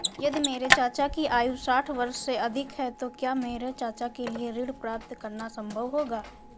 यदि मेरे चाचा की आयु साठ वर्ष से अधिक है तो क्या मेरे चाचा के लिए ऋण प्राप्त करना संभव होगा?